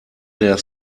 der